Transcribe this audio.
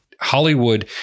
Hollywood